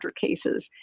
cases